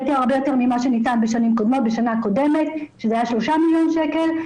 הרבה יותר ממה שניתן בשנה קודמת שזה היה 3 מיליון שקל,